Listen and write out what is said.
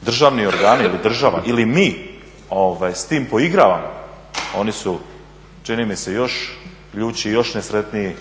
državni organi ili država ili mi s tim poigravamo, oni su čini mi se još ljući i još nesretniji